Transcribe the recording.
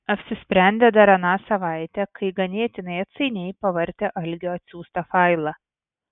apsisprendė dar aną savaitę kai ganėtinai atsainiai pavartė algio atsiųstą failą